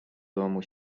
domu